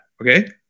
Okay